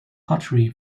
pottery